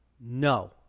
No